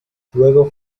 luego